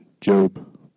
Job